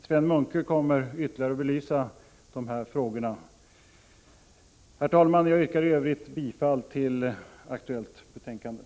Sven Munke kommer att ytterligare belysa dessa frågor. Herr talman! I övrigt yrkar jag bifall till utskottets hemställan i det aktuella betänkandet.